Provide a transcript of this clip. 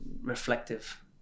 reflective